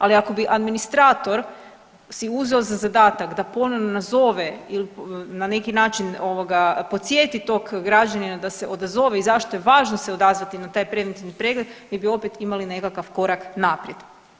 Ali ako bi administrator si uzeo za zadatak da ponovno nazove ili na neki način podsjeti tog građanina da se nazove i zašto je važno se odazvati na taj preventivni pregled, mi bi opet imali nekakav korak naprijed.